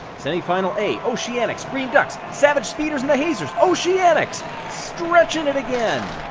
semifinal a oceanics, green ducks, savage speeders, and the hazers. oceanics stretching it again.